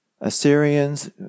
assyrians